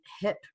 hip